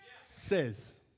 says